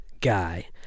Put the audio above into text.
Guy